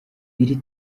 iri